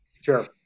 sure